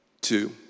two